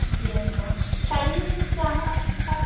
جی اچھا ٹائیمنگ کیا ہے آپ کے پاس